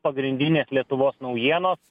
pagrindinės lietuvos naujienos